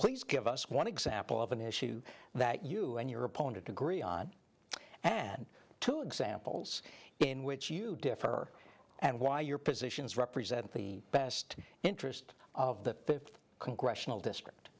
please give us one example of an issue that you and your opponent agree on and two examples in which you defer and why your positions represent the best interest of the congressional district